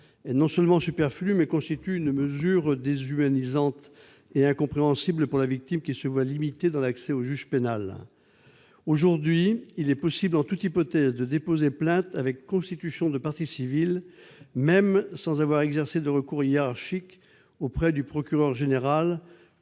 est non seulement superflu, mais constitue aussi une mesure déshumanisante et incompréhensible pour la victime qui se voit limitée dans l'accès au juge pénal. Aujourd'hui, en toute hypothèse, il est possible de déposer plainte avec constitution de partie civile, même sans avoir exercé de recours hiérarchique auprès du procureur général,